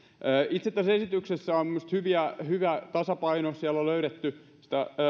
itse tässä esityksessä on minusta hyvä tasapaino siellä on löydetty